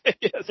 Yes